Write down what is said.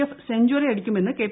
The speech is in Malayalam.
എഫ് സെഞ്ചറി അടിക്കുമെന്ന് കെ